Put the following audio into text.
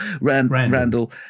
Randall